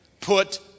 put